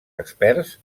experts